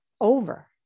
over